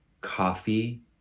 coffee